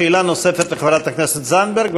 שאלה נוספת לחברת הכנסת זנדברג,